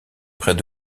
près